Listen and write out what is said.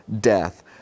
death